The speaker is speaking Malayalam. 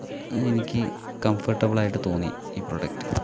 എനിക്ക് കൺഫർട്ടബിൾ ആയിട്ട് തോന്നി ഈ പ്രോഡക്റ്റ്